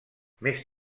més